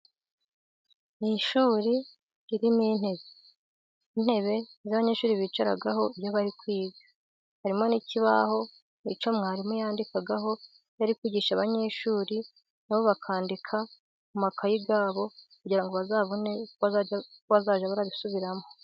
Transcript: Ni ishuri irimo intebe, intebe ni zo abanyeshuri bicaraho iyo bari kwiga, harimo n'ikibaho icyo umwarimu yandikaho iyo ari kwigisha abanyeshuri ,nabo bakandika mu makayi yabo, kugira ngo bazabone uko bazajya barabisubiramo.